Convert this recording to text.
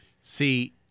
See